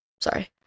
sorry